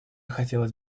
хотелось